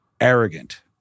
arrogant